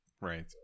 Right